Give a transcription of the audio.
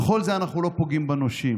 בכל זה אנחנו לא פוגעים בנושים.